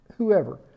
whoever